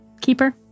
Keeper